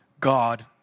God